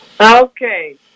Okay